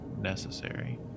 necessary